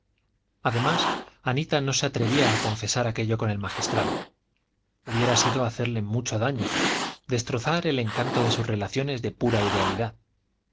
además anita no se atrevía a confesar aquello con el magistral hubiera sido hacerle mucho daño destrozar el encanto de sus relaciones de pura idealidad